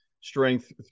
strength